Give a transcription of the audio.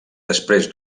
després